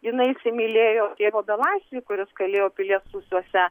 jinai įsimylėjo tėvo belaisvį kuris kalėjo pilies rūsiuose